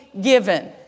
given